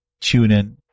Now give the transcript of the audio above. TuneIn